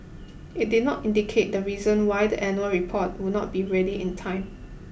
it did not indicate the reason why the annual report will not be ready in time